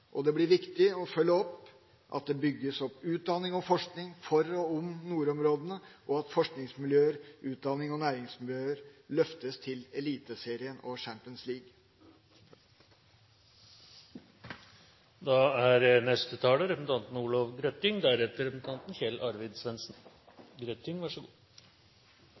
nordområdepolitikken. Det blir viktig å følge opp at det bygges opp utdanning og forskning for og om nordområdene, og at forskningsmiljøer og utdannings- og næringsmiljøer løftes til eliteserien og